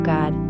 God